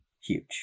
Huge